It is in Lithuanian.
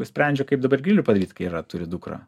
nusprendžia kaip dabar grilių padaryt kai yra turi dukrą